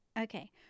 Okay